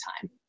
time